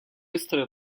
быстрый